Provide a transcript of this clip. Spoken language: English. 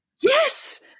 Yes